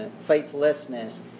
faithlessness